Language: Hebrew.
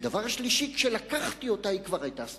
ודבר שלישי, כשלקחתי אותה היא כבר היתה סדוקה.